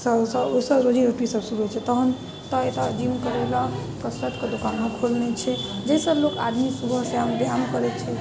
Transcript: स स ओहिसँ रोजी रोटी सब शुरू होइ छै तहन तऽ एतहु जिम करैलए कसरतके दोकानो खोलने छै जाहिसबमे आदमी सुबह शाम व्यायाम करै छै